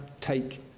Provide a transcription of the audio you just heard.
take